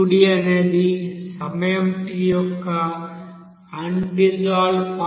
అనేది సమయం t యొక్క అన్ డిజాల్వ్డ్ క్వాంటిటీ